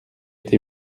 été